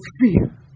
fear